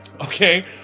Okay